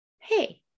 hey